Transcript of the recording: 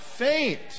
faint